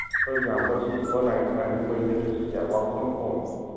four example ꯁꯤꯁꯦ online earning ꯃꯅꯤ ꯅꯠꯇ꯭ꯔꯥ ꯁꯤꯁꯦ ꯋꯥꯛ ꯐ꯭ꯔꯣꯝ ꯍꯣꯝ